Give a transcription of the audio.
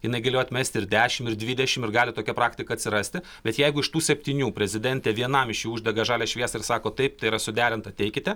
jinai galėjo atmesti ir dešim ir dvidešim ir gali tokia praktika atsirasti bet jeigu iš tų septynių prezidentė vienam iš jų uždega žalią šviesą ir sako taip tai yra suderinta teikite